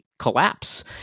Collapse